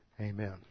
Amen